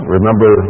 Remember